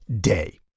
day